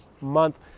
month